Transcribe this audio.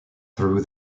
through